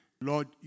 Lord